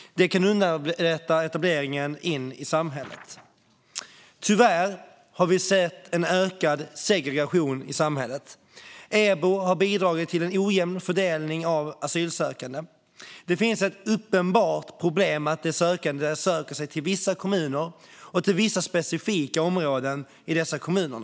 Det kan underlätta etableringen i samhället. Tyvärr har vi sett en ökad segregation i samhället. EBO har bidragit till en ojämn fördelning av asylsökande. Det finns ett uppenbart problem med att de sökande söker sig till vissa kommuner och till vissa specifika områden i dessa kommuner.